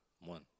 one